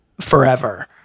forever